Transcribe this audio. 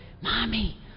Mommy